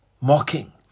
mocking